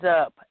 up